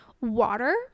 water